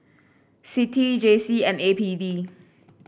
CITI J C and A P D